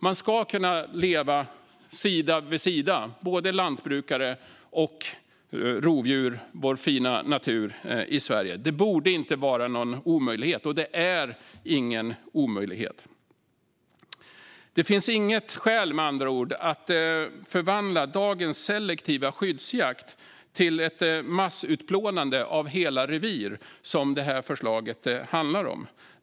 Lantbrukare och rovdjur ska kunna leva sida vid sida i vår fina natur i Sverige. Det borde inte vara någon omöjlighet, och det är ingen omöjlighet. Det finns med andra ord inget skäl att förvandla dagens selektiva skyddsjakt till ett massutplånande av hela revir, vilket det här förslaget handlar om.